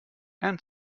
and